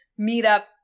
meetup